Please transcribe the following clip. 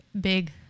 big